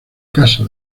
casa